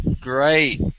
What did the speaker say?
Great